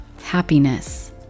happiness